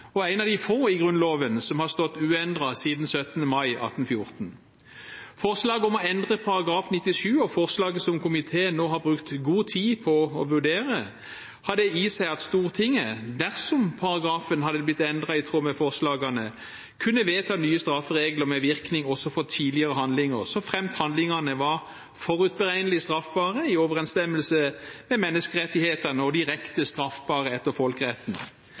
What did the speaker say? og en av de få i Grunnloven som har stått uendret siden 17. mai 1814. Forslaget om å endre § 97 og forslaget som komiteen nå har brukt god tid på å vurdere, har det i seg at Stortinget, dersom paragrafen hadde blitt endret i tråd med forslagene, kunne vedta nye strafferegler med virkning også for tidligere handlinger, såfremt handlingene var forutberegnelig straffbare i overenstemmelse med menneskerettighetene og direkte straffbare etter folkeretten.